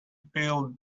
peel